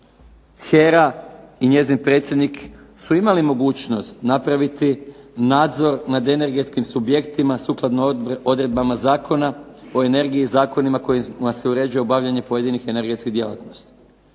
HERA i njezin predsjednik su imali mogućnost napraviti nadzor nad energetskim subjektima sukladno odredbama Zakona o energiji i zakonima kojima se uređuje obavljanje pojedinih energetskih djelatnosti.